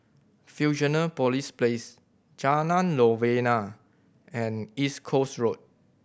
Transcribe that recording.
Fusionopolis Place Jalan Novena and East Coast Road